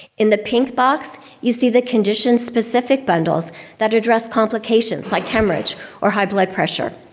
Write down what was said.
in the pink box you see the condition-specific bundles that address complications like hemorrhage or high blood pressure.